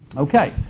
okay,